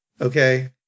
okay